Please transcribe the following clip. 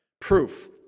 Proof